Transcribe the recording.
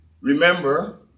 Remember